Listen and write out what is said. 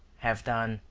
have done,